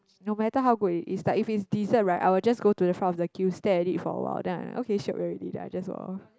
no matter how good it is like if it's dessert right I will just go to the front of the queue stare at it for a while then I'm like okay shiok already then I just walk